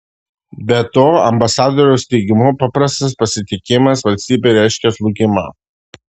be to ambasadoriaus teigimu prarastas pasitikėjimas valstybei reiškia žlugimą